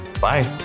Bye